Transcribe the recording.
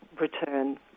return